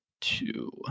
two